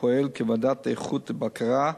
הפועל כוועדת איכות ובקרה,